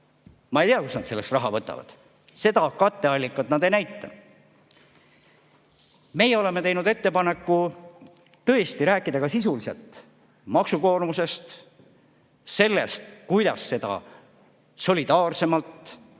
Ma ei tea, kust nad selleks raha võtavad, seda katteallikat nad ei näita. Meie oleme teinud ettepaneku rääkida maksukoormusest ka sisuliselt, sellest, kuidas seda solidaarsemalt